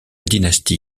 dynastie